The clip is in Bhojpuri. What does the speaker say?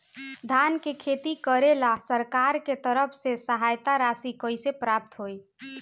धान के खेती करेला सरकार के तरफ से सहायता राशि कइसे प्राप्त होइ?